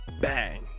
Bang